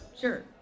sure